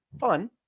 fun